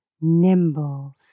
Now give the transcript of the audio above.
nimble